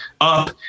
up